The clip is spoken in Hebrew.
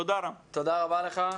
תודה רבה לך.